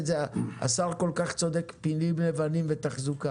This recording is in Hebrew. השר כל כך צודק פילים לבנים ותחזוקה